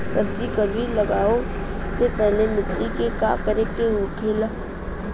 सब्जी कभी लगाओ से पहले मिट्टी के का करे के होखे ला?